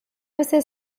você